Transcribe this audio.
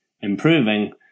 improving